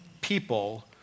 people